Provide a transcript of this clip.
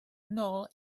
nôl